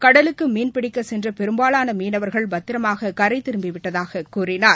கடலுக்கும் மீன்பிடிக்க சென்ற பெரும்பாலான மீனவர்கள் பத்திரமாக கரை திரும்பிவிட்டதாக கூறினார்